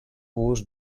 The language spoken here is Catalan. vos